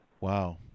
Wow